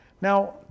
Now